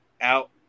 out